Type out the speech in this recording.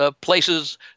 places